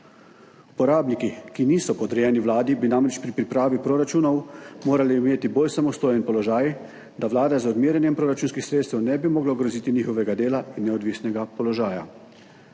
Uporabniki, ki niso podrejeni Vladi, bi namreč pri pripravi proračunov morali imeti bolj samostojen položaj, da Vlada z odmerjanjem proračunskih sredstev ne bi mogla ogroziti njihovega dela in neodvisnega položaja.